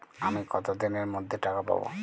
আমি কতদিনের মধ্যে টাকা পাবো?